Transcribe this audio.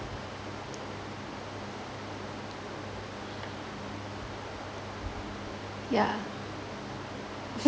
yeah